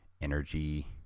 energy